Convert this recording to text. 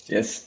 Yes